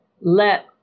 let